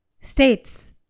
states